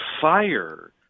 fire